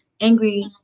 angry